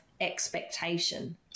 expectation